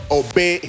obey